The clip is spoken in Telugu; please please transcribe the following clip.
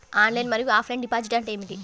ఆన్లైన్ మరియు ఆఫ్లైన్ డిపాజిట్ అంటే ఏమిటి?